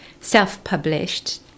self-published